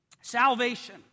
Salvation